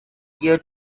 igihe